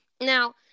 now